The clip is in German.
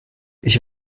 ich